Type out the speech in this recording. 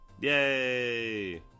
yay